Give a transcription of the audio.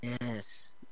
yes